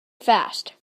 fast